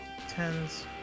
tens